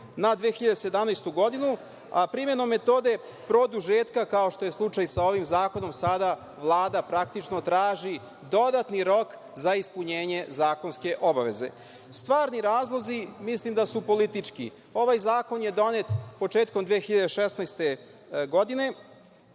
na 2017. godinu, a primenom metode produžetka, kao što je slučaj sa ovim zakonom sada, Vlada praktično traži dodatni rok za ispunjenje zakonske obaveze. Stvarni razlozi mislim da su politički. Ovaj zakon je donet početkom 2016. godine